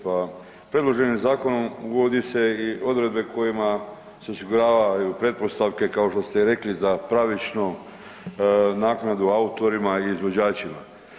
Pa predloženim zakonom uvodi se odredbe kojima se osiguravaju pretpostavke kao što ste rekli za pravičnu naknadu autorima i izvođačima.